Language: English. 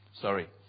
Sorry